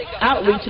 Outreach